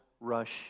rush